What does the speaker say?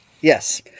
Yes